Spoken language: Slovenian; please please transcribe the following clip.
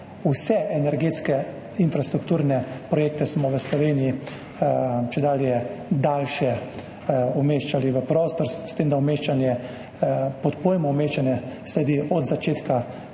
vse energetske infrastrukturne projekte smo v Sloveniji čedalje dlje umeščali v prostor, s tem da pod pojem umeščanje spada vse od začetka,